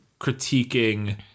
critiquing